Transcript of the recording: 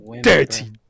dirty